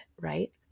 right